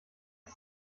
ist